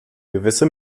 gewisse